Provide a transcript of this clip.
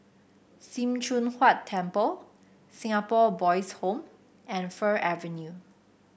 Sim Choon Huat Temple Singapore Boys' Home and Fir Avenue